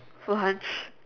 for lunch